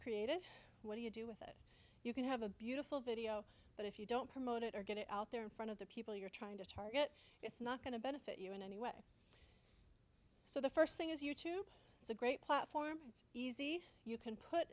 created what do you do with it you can have a beautiful video but if you don't promote it or get it out there in front of the people you're trying to target it's not going to benefit you in any way so the first thing is you tube is a great platform it's easy you can put